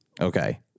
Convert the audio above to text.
Okay